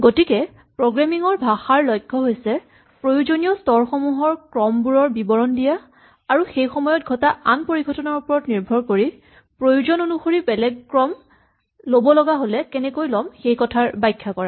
গতিকে প্ৰগ্ৰেমিং ৰ ভাষাৰ লক্ষ্য হৈছে প্ৰয়োজনীয় স্তৰসমূহৰ ক্ৰমবোৰৰ বিৱৰণ দিয়া আৰু সেইসময়ত ঘটা আন পৰিঘটনাৰ ওপৰত নিৰ্ভৰ কৰি প্ৰয়োজন অনুসৰি বেলেগ ক্ৰম ল'ব লগা হ'লে কেনেকৈ ল'ম সেইকথাৰ ব্যাখ্যা কৰা